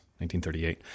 1938